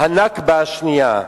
"הנכבה השנייה"